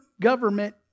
government